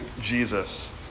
Jesus